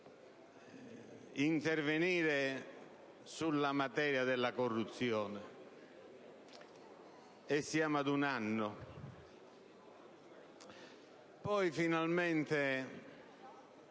intervenire sulla materia della corruzione. É passato un anno; poi finalmente